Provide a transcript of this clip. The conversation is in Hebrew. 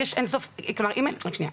רק שנייה,